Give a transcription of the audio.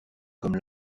comme